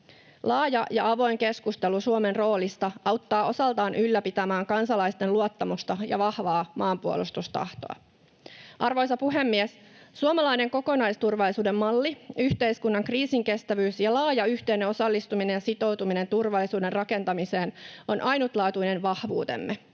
Laaja ja avoin keskustelu Suomen roolista auttaa osaltaan ylläpitämään kansalaisten luottamusta ja vahvaa maanpuolustustahtoa. Arvoisa puhemies! Suomalainen kokonaisturvallisuuden malli, yhteiskunnan kriisinkestävyys ja laaja yhteinen osallistuminen ja sitoutuminen turvallisuuden rakentamiseen ovat ainutlaatuinen vahvuutemme.